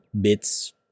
bits